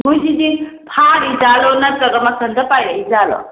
ꯃꯣꯏ ꯁꯤꯗꯤ ꯐꯥꯔꯤꯖꯥꯠꯂꯣ ꯅꯠꯇ꯭ꯔꯒ ꯃꯊꯟꯗ ꯄꯥꯏꯔꯛꯏꯖꯥꯠꯂꯣ